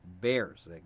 bears